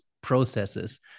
processes